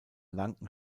langen